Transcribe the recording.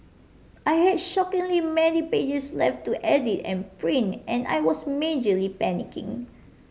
I had shockingly many pages left to edit and print and I was majorly panicking